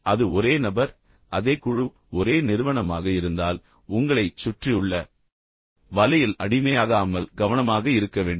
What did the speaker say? இப்போது அது ஒரே நபர் அதே குழு ஒரே நிறுவனமாக இருந்தால் உங்களைச் சுற்றியுள்ள வலையில் அடிமையாகாமல் கவனமாக இருக்க வேண்டும்